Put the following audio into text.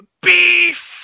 beef